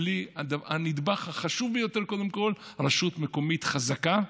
בלי הנדבך החשוב ביותר: קודם כול רשות מקומית חזקה,